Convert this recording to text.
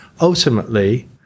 Ultimately